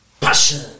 passion